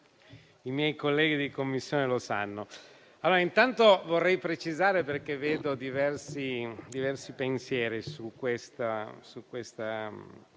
i miei colleghi di Commissione lo sanno. Intanto vorrei precisare, perché raccolgo diversi pensieri su questo